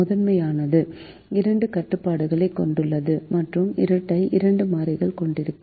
முதன்மையானது இரண்டு கட்டுப்பாடுகளைக் கொண்டுள்ளது மற்றும் இரட்டை இரண்டு மாறிகள் கொண்டிருக்கும்